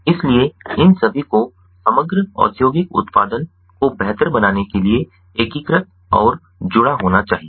इसलिए इन सभी को समग्र औद्योगिक उत्पादन को बेहतर बनाने के लिए एकीकृत और जुड़ा होना चाहिए